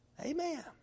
Amen